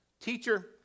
Teacher